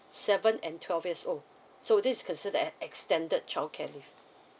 seven and twelve years old so this is considered as extended childcare leave